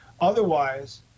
otherwise